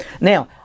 Now